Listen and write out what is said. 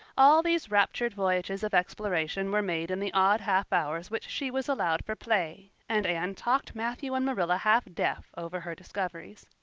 all these raptured voyages of exploration were made in the odd half hours which she was allowed for play, and anne talked matthew and marilla half-deaf over her discoveries.